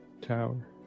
tower